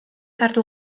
sartu